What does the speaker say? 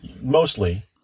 mostly